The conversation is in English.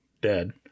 dead